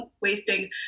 wasting